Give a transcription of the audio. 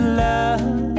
love